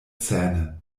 zähne